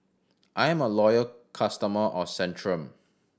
I'm a loyal customer of Centrum